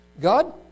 God